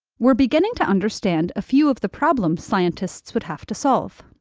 we're beginning to understand a few of the problems scientists would have to solve.